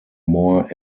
more